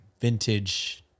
vintage